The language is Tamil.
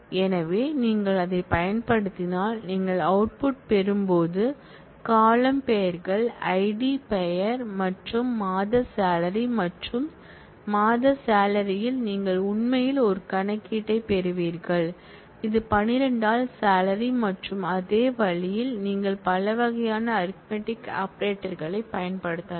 எனவே நீங்கள் அதைப் பயன்படுத்தினால் நீங்கள் அவுட்புட் பெறும்போது காலம்ன் பெயர்கள் ஐடி பெயர் மற்றும் மாத சாலரி மற்றும் மாத சம்பளத்தில் நீங்கள் உண்மையில் ஒரு கணக்கீட்டைப் பெறுவீர்கள் இது 12 ஆல் சாலரி மற்றும் அதே வழியில் நீங்கள் பல வகையான அரித்மெடிக் ஆபரேட்டர்களைப் பயன்படுத்தலாம்